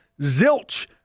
zilch